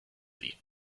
sie